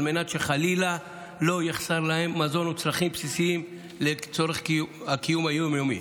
על מנת שחלילה לא יחסרו להן מזון וצרכים בסיסיים לצורך הקיום היום-יומי.